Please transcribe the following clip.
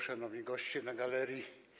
Szanowni Goście na Galerii!